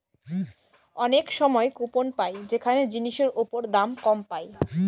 অনেক সময় কুপন পাই যেখানে জিনিসের ওপর দাম কম পায়